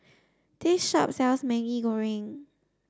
this shop sells Maggi Goreng